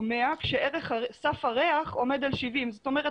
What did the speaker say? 100 כאשר סף הריח עומד על 70. זאת אומרת,